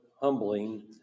humbling